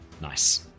Nice